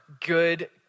good